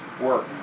work